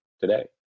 today